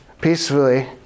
peacefully